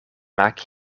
maak